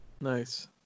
Nice